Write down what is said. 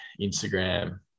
Instagram